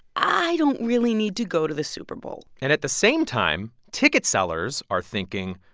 i don't really need to go to the super bowl and at the same time, ticket sellers are thinking,